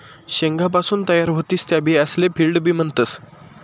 शेंगासपासून तयार व्हतीस त्या बियासले फील्ड बी म्हणतस